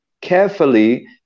carefully